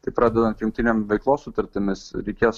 tai pradedant jungtiniam veiklos sutartimis reikės